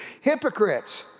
hypocrites